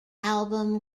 album